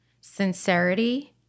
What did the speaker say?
Sincerity